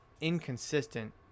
inconsistent